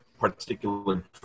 particular